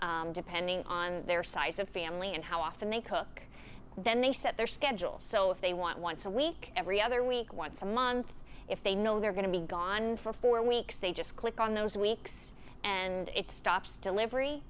depending on their size of family and how often they cook then they set their schedules so if they want once a week every other week once a month if they know they're going to be gone for four weeks they just click on those weeks and it stops delivery